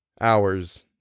Hours